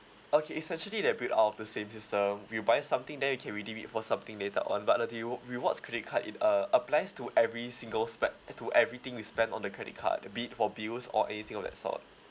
okay it's actually they built out of the same system you buy something then you can redeem it for something later on but the rew~ rewards credit card it uh applies to every single spend to everything you spent on the credit card be it for bills or anything of that sort